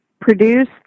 produce